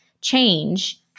change